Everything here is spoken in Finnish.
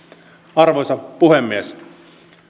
arvoisa puhemies